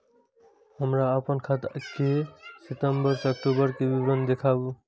हमरा अपन खाता के सितम्बर से अक्टूबर के विवरण देखबु?